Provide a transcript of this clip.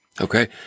okay